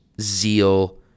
zeal